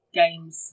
games